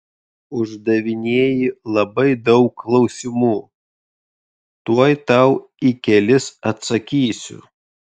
uždavinėji labai daug klausimų tuoj tau į kelis atsakysiu